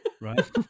right